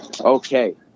Okay